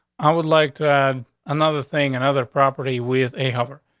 i would like to add another thing and other property. we have a hover.